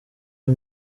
uyu